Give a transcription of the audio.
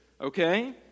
okay